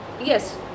yes